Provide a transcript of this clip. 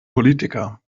politiker